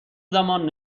زمان